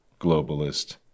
globalist